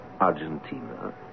Argentina